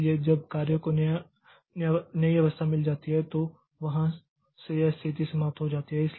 इसलिए जब कार्य को नया अवस्था मिल जाता है तो वहां से यह स्थिति समाप्त हो जाती है